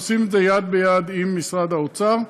אנחנו עושים את זה יד ביד עם משרד האוצר.